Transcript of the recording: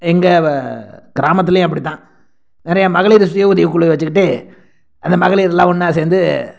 எங்கள் வ கிராமத்துலையும் அப்டி தான் நிறையா மகளிர் சுயஉதவிக் குழு வச்சிக்கிட்டு அந்த மகளிர்லாம் ஒன்னாக சேர்ந்து